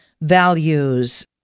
values